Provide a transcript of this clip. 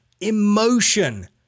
Emotion